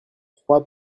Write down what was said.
trois